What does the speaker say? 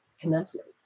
commencement